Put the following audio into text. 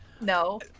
No